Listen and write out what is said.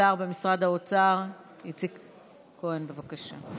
השר במשרד האוצר איציק כהן, בבקשה.